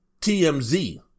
TMZ